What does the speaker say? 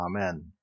Amen